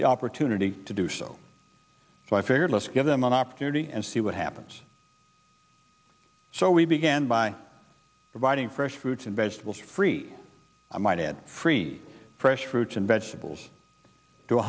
the opportunity to do so so i figured let's give them an opportunity and see what happens so we began by providing fresh fruits and vegetables for free i might add fried fresh fruits and vegetables to